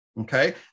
Okay